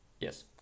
Yes